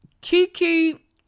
Kiki